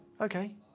Okay